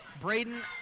Braden